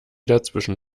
dazwischen